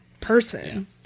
person